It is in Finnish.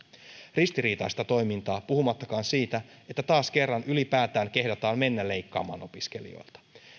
ristiriitaista toimintaa puhumattakaan siitä että taas kerran ylipäätään kehdataan mennä leikkaamaan opiskelijoilta